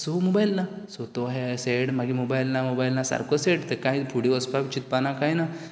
so mobile ना सो तो हें सेड मागीर मोबायल ना मोबायल ना सारको सेड तेक कांय फुडें वसपाक चिंतपाक ना कांय ना